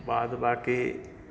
बाद बाकी